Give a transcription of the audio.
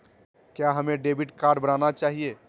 क्या हमें debit card बनाना चाहिए?